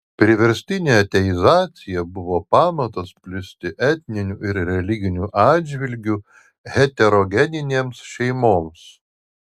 priverstinė ateizacija buvo pamatas plisti etniniu ir religiniu atžvilgiu heterogeninėms šeimoms